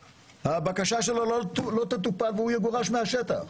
הבקשה שלו לא תטופל והוא יגורש מהשטח.